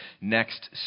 next